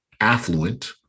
affluent